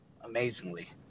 amazingly